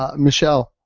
ah michelle,